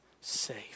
safe